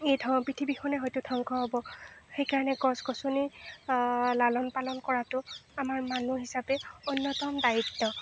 এই পৃথিৱীখনে হয়তো ধ্বংস হ'ব সেইকাৰণে গছ গছনি লালন পালন কৰাতো আমাৰ মানুহ হিচাপে অন্যতম দায়িত্ব